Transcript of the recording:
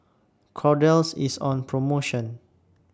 Kordel's IS on promotion